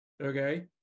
okay